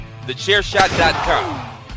TheChairShot.com